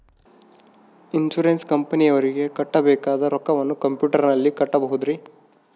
Insurance ಕಂಪನಿಯವರಿಗೆ ಕಟ್ಟಬೇಕಾದ ರೊಕ್ಕವನ್ನು ಕಂಪ್ಯೂಟರನಲ್ಲಿ ಕಟ್ಟಬಹುದ್ರಿ?